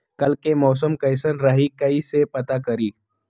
कल के मौसम कैसन रही कई से पता करी?